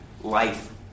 life